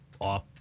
off